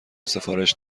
سفارش